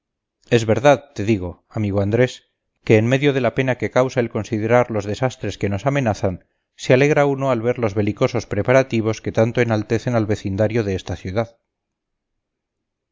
en verdad te digo amigo andrés que en medio de la pena que causa el considerar los desastres que nos amenazan se alegra uno al ver los belicosos preparativos que tanto enaltecen al vecindario de esta ciudad